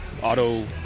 auto